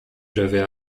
j’avais